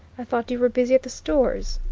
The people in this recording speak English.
i thought you were busy at the stores.